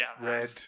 red